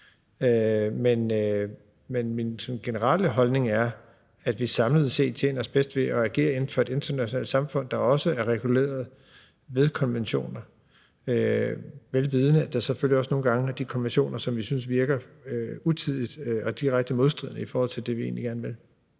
Men min sådan generelle holdning er, at vi samlet set tjener os bedst ved at agere inden for et internationalt samfund, der også er reguleret ved konventioner, vel vidende at der selvfølgelig også nogle gange er nogle af de konventioner, som vi synes virker utidige og direkte i modstrid med det, vi egentlig gerne vil.